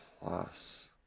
Plus